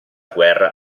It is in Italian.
guerra